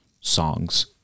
songs